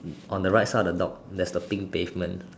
on the right side of the dog there's the pink pavement